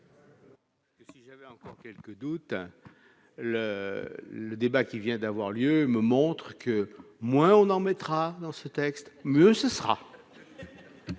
Si j'avais encore quelques doutes, le débat qui vient d'avoir lieu me montre que, moins on en mettra dans ce texte, mieux ce sera